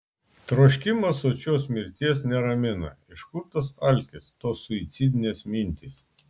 troškimas sočios mirties neramina iš kur tas alkis tos suicidinės mintys